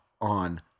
on